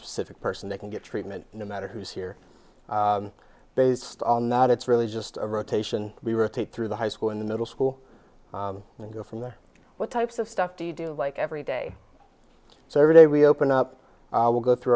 specific person they can get treatment no matter who is here based on that it's really just a rotation we rotate through the high school in the middle school and go from there what types of stuff do you do like every day so every day we open up we'll go through